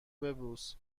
ببوس